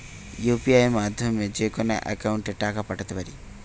UPI মাধ্যমে যেকোনো একাউন্টে টাকা পাঠাতে পারি?